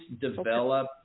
develop